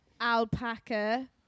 Alpaca